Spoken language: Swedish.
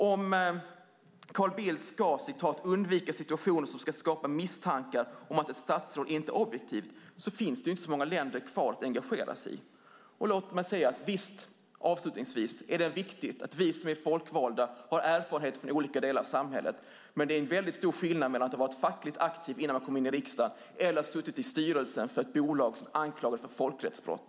Om Carl Bildt "ska undvika situationer som kan skapa misstankar om att ett statsråd inte är objektivt" finns det inte så många länder kvar att engagera sig i. Visst är det viktigt att vi som är folkvalda har erfarenhet från olika delar av samhället, men det är stor skillnad på att ha varit fackligt aktiv innan man kom in i riksdagen och att ha suttit i styrelsen för ett bolag som är anklagat för folkrättsbrott.